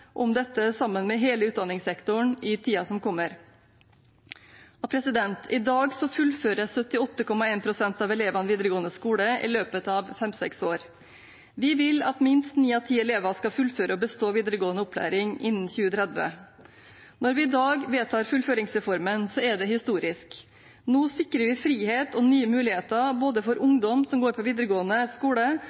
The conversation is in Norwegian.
om dette sammen med hele utdanningssektoren i tiden som kommer. I dag fullfører 78,1 pst. av elevene videregående skole i løpet av fem–seks år. Vi vil at minst ni av ti elever skal fullføre og bestå videregående opplæring innen 2030. Når vi i dag vedtar fullføringsreformen, er det historisk. Nå sikrer vi frihet og nye muligheter både for ungdom som går på videregående skole,